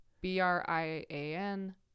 B-R-I-A-N